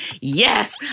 yes